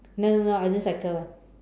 no no no I don't cycle [one]